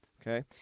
Okay